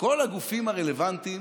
כל הגופים הרלוונטיים